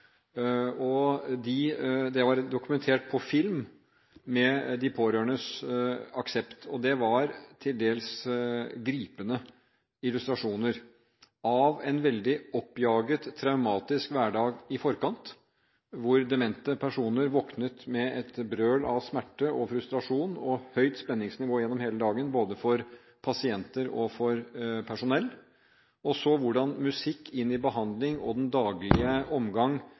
Det var dokumentert på film, med de pårørendes aksept, og det var til dels gripende illustrasjoner av en veldig oppjaget, traumatisk hverdag i forkant, hvor demente personer våknet med et brøl av smerte og frustrasjon, og det var et høyt spenningsnivå gjennom hele dagen både for pasienter og for personell. Vi så da hvordan musikk i behandlingen og den daglige omgang